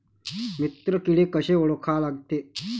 मित्र किडे कशे ओळखा लागते?